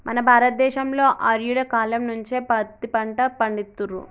మన భారత దేశంలో ఆర్యుల కాలం నుంచే పత్తి పంట పండిత్తుర్రు